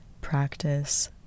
practice